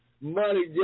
money